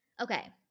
Okay